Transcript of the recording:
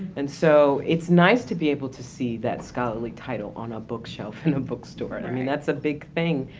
and so it's nice to be able to see that scholarly title on a bookshelf in a bookstore, and i mean that's a big thing,